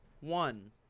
one